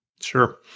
Sure